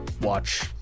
watch